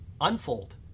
unfold